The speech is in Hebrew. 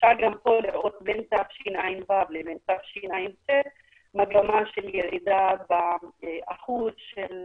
אפשר גם פה לראות בין תשע"ו לתשע"ט מגמה של ירידה באחוז של